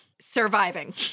surviving